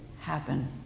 happen